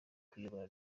kuyobora